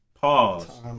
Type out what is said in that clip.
Pause